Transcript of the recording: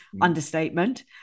understatement